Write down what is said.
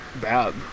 bad